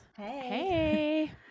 Hey